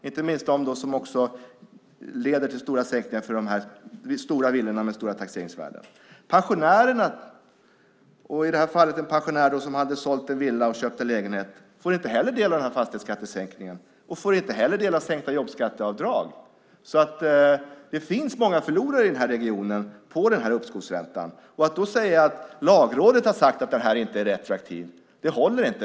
Inte minst leder det till stora skattesänkningar för dem som bor i stora villor med höga taxeringsvärden. Pensionärerna, och i det här fallet en pensionär som hade sålt en villa och köpt en lägenhet, får inte del av fastighetsskattesänkningen och får inte heller del av jobbskatteavdraget. Det finns alltså många förlorare i den här regionen på uppskovsräntan. Att då säga att Lagrådet har sagt att den inte är retroaktiv håller inte.